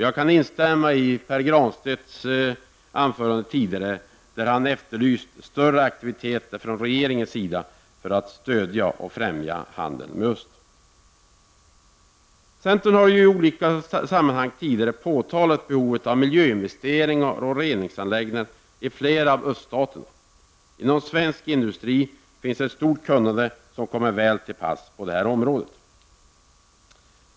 Jag kan instämma i Pär Granstedts anförande tidigare, där han efterlyste större aktiviteter från regeringens sida för att stödja och främja handeln med öst. Centern har i många sammanhang tidigare påtalat behovet av miljöinvesteringar och reningsanläggningar i flera av öststaterna. Inom svensk industri finns ett stort kunnande, som kommer väl till pass, på detta område.